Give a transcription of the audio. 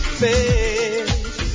face